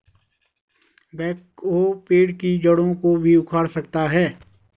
backhoe पेड़ की जड़ों को भी उखाड़ सकता है